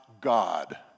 God